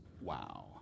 Wow